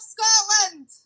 Scotland